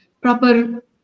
proper